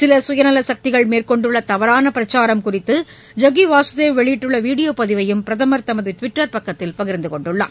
சிலசுயநலசக்திகள் மேற்கொண்டுள்ளதவறானபிரச்சாரம் ஐக்கிவாசுதேவ் குறித்து வெளியிட்டுள்ளவீடியோபதிவையும் பிரதமர் தமதுடுவிட்டர் பக்கத்தில் பகிர்ந்துகொண்டுள்ளார்